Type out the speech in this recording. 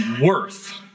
worth